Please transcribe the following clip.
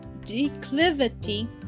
declivity